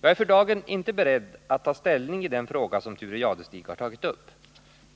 Jag är för dagen inte beredd att ta ställning i den fråga som Thure Jadestig har tagit upp.